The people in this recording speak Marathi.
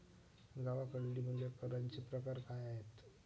गावाकडली मुले करांचे प्रकार काय आहेत?